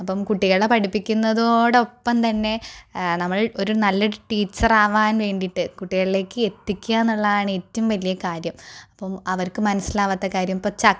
അപ്പം കുട്ടികളെ പഠിപ്പിക്കുന്നതോടൊപ്പം തന്നെ നമ്മൾ ഒരു നല്ല ടീച്ചറാവാൻ വേണ്ടിയിട്ട് കുട്ടികളിലേക്ക് എത്തിക്കുക എന്നുള്ളതാണ് ഏറ്റവും വലിയ കാര്യം അപ്പം അവർക്ക് മനസ്സിലാവാത്ത കാര്യം ഇപ്പോൾ ചക്ക്